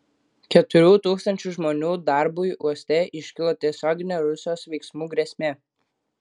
keturių tūkstančių žmonių darbui uoste iškilo tiesioginė rusijos veiksmų grėsmė